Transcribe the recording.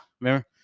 remember